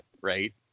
right